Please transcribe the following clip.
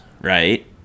right